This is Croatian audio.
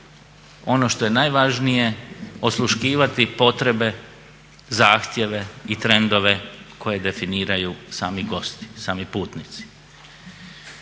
ono što je najvažnije osluškivati potrebe, zahtjeve i trendove koje definiraju sami gosti, sami putnici.